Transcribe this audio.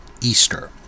Easter